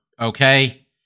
okay